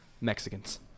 Mexicans